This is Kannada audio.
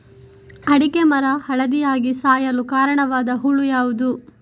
ಅಡಿಕೆ ಮರ ಹಳದಿಯಾಗಿ ಸಾಯಲು ಕಾರಣವಾದ ಹುಳು ಯಾವುದು?